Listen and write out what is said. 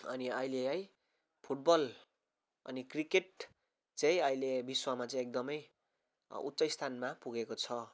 अनि अहिले है फुटबल अनि क्रिकेट चाहिँ अहिले विश्वमा चाहिँ एकदमै उच्च स्थानमा पुगेको छ